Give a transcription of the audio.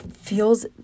feels